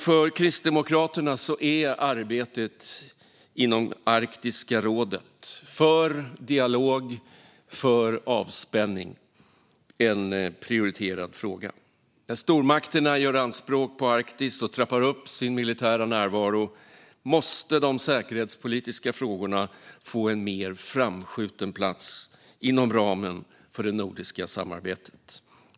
För Kristdemokraterna är arbetet inom Arktiska rådet för dialog och avspänning en prioriterad fråga. När stormakterna gör anspråk på Arktis och trappar upp sin militära närvaro måste de säkerhetspolitiska frågorna få en mer framskjuten plats inom ramen för det nordiska samarbetet.